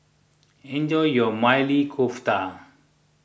enjoy your Maili Kofta